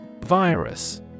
Virus